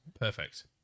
Perfect